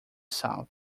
south